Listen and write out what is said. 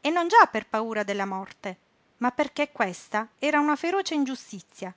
e non già per paura della morte ma perché questa era una feroce ingiustizia